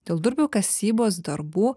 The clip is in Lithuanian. dėl durpių kasybos darbų